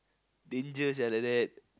danger sia like that